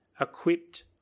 equipped